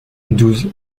douze